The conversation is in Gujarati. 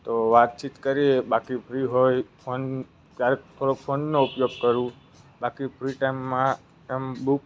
તો વાતચીત કરીએ બાકી ફ્રી હોય ફોન ક્યારેક થોડો ફોનનો ઉપયોગ કરું બાકી ફ્રી ટાઈમમાં એમ બુક